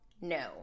no